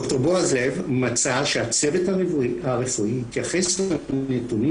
ד"ר בועז לב מצא שהצוות הרפואי התייחס לנתונים